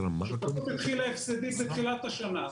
השותפות התחילה הפסדית בתחילת השנה,